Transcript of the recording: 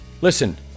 Listen